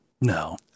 No